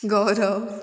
गौरव